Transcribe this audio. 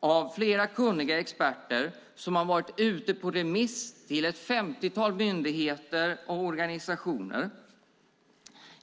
av flera kunniga experter och som har varit ute på remiss till ett femtiotal myndigheter och organisationer.